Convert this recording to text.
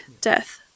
death